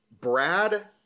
Brad